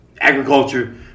agriculture